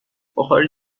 بخاری